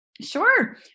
Sure